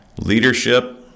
leadership